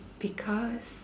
because